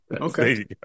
Okay